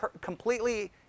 completely